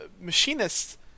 Machinists